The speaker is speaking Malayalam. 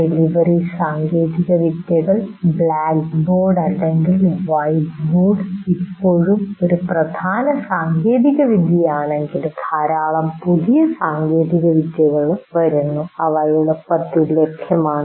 ഡെലിവറി സാങ്കേതികവിദ്യകൾ ബ്ലാക്ക്ബോർഡ് അല്ലെങ്കിൽ വൈറ്റ്ബോർഡ് ഇപ്പോഴും ഒരു പ്രധാന സാങ്കേതികവിദ്യയാണെങ്കിലും ധാരാളം പുതിയ സാങ്കേതികവിദ്യകൾ വരുന്നു അവ എളുപ്പത്തിൽ ലഭ്യമാണ്